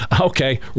okay